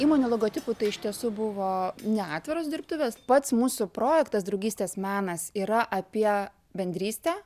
įmonių logotipų tai iš tiesų buvo ne atviros dirbtuvės pats mūsų projektas draugystės menas yra apie bendrystę